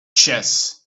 chess